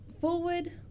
Forward